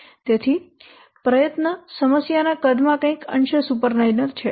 તેથી પ્રયત્ન સમસ્યાના કદમાં કંઈક અંશે સુપરલાઇનર છે